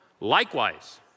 Likewise